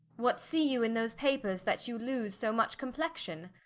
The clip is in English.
what see you in those papers, that you loose so much complexion?